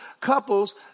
Couples